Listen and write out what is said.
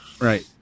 Right